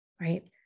right